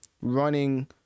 running